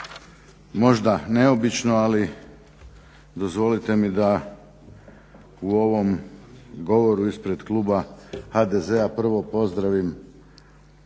Možda neobično, ali dozvolite mi da u ovom govoru ispred kluba HDZ-a prvo pozdravim